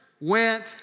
went